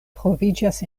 troviĝas